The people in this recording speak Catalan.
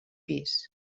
pis